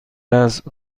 است